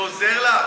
זה עוזר לך?